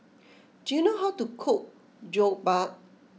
do you know how to cook Jokbal